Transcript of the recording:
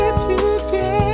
today